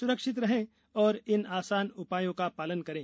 स्रक्षित रहें और इन आसान उपायों का पालन करें